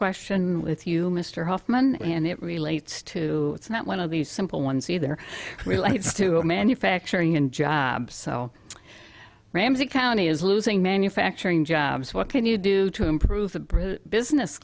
question with you mr hoffman and it relates to that one of the simple ones either relates to manufacturing and jobs so ramsey county is losing manufacturing jobs what can you do to improve the business